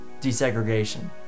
desegregation